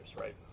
right